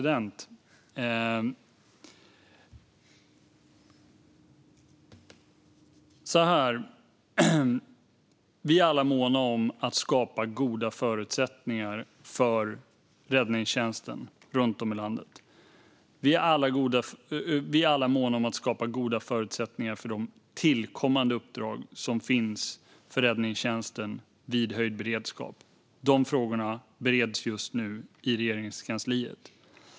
Herr ålderspresident! Vi är alla måna om att skapa goda förutsättningar för räddningstjänsten runt om i landet. Vi är alla måna om att skapa goda förutsättningar för de tillkommande uppdrag som finns för räddningstjänsten vid höjd beredskap. Dessa frågor bereds just nu i Regeringskansliet.